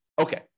Okay